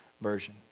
version